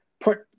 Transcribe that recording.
put